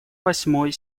восьмой